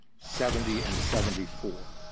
seventy, and seventy four,